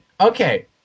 Okay